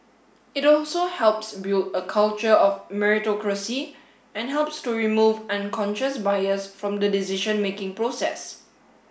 it also helps build a culture of meritocracy and helps to remove unconscious bias from the decision making process